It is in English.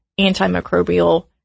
antimicrobial